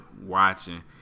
watching